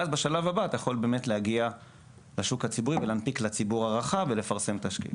בשלב הבא אתה יכול להגיע לשוק הציבור ולהנפיק לציבור הרחב ולפרסם תשקיף,